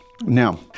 now